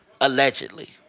Allegedly